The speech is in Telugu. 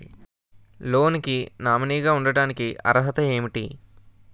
లోన్ కి నామినీ గా ఉండటానికి అర్హత ఏమిటి?